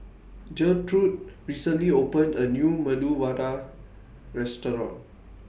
Gertrude recently opened A New Medu Vada Restaurant